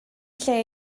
lle